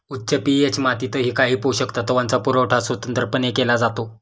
उच्च पी.एच मातीतही काही पोषक तत्वांचा पुरवठा स्वतंत्रपणे केला जातो